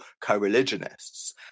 co-religionists